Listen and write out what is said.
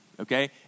okay